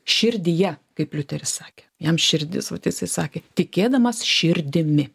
širdyje kaip liuteris sakė jam širdis vat jisai sakė tikėdamas širdimi